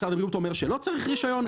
שר הבריאות אומר שלא צריך רישיון,